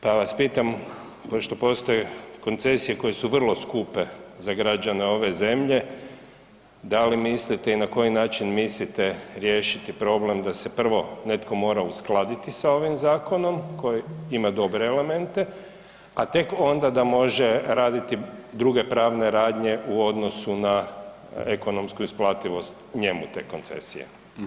Pa vas pitam pošto postoje koncesije koje su vrlo skupe za građane ove zemlje, da li mislite i na koji način mislite riješiti problem da se prvo netko mora uskladiti sa ovim zakonom koji ima dobre elemente, a tek onda da može raditi druge pravne radnje u odnosu na ekonomsku isplativost njemu te koncesije?